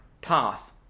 path